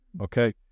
Okay